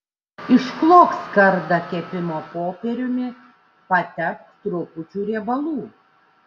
išklok skardą kepimo popieriumi patepk trupučiu riebalų